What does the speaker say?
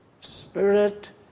spirit